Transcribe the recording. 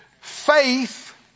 Faith